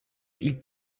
ilk